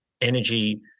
energy